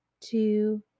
two